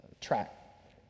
track